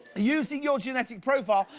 using your genetic profile,